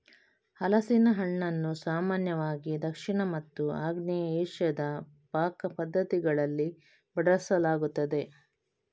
ಹಲಸಿನ ಹಣ್ಣನ್ನು ಸಾಮಾನ್ಯವಾಗಿ ದಕ್ಷಿಣ ಮತ್ತು ಆಗ್ನೇಯ ಏಷ್ಯಾದ ಪಾಕ ಪದ್ಧತಿಗಳಲ್ಲಿ ಬಳಸಲಾಗುತ್ತದೆ